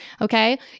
okay